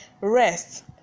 rest